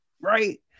Right